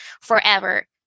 forever